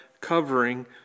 covering